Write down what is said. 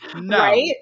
No